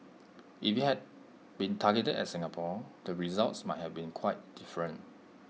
if IT had been targeted at Singapore the results might have been quite different